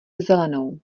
zelenou